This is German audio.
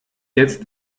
jetzt